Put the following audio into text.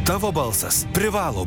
tavo balsas privalo